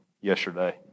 yesterday